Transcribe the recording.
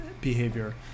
behavior